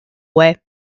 way